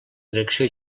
direcció